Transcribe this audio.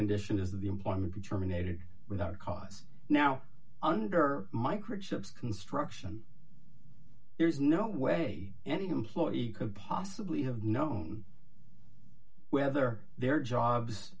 conditions the employment be terminated without cause now under microchips construction there's no way any employee could possibly have known whether the